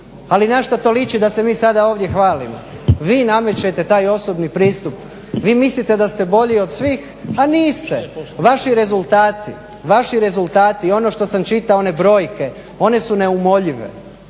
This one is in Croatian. ali na što to liči da se mi sada ovdje hvalimo. Vi namećete taj osobni pristup, vi mislite da ste bolji od svih, a niste. Vaši rezultati i ono što sam čitao one brojke one su neumoljive,